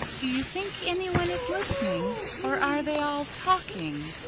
do you think anyone is listening, or are they all talking?